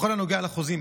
בכל הנוגע לחוזים,